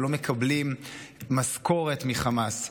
הם לא מקבלים משכורת מחמאס,